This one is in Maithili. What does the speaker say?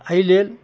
एहिलेल